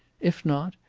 if not,